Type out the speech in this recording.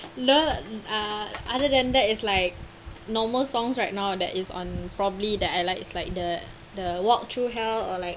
no err other than that it's like normal songs right now that is on probably that I like it's like the the walk through hell or like